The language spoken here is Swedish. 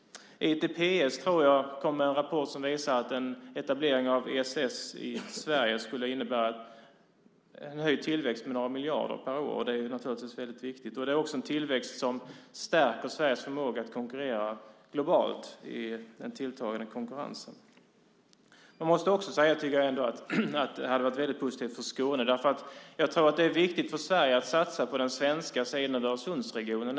ITPS, tror jag, kom med en rapport som visar att en etablering av ESS i Sverige skulle innebära en höjd tillväxt med några miljarder per år, och det är naturligtvis väldigt viktigt. Det är också en tillväxt som stärker Sveriges förmåga att konkurrera globalt i den tilltagande konkurrensen. Man måste också säga att det skulle vara väldigt positivt för Skåne. Jag tror att det är viktigt för Sverige att satsa på den svenska sidan av Öresundsregionen.